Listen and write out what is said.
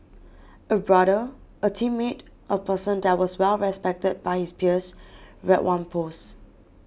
a brother a teammate a person that was well respected by his peers read one post